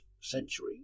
century